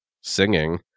singing